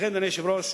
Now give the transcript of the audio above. לכן, אדוני היושב-ראש,